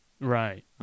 Right